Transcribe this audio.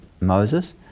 Moses